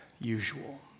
usual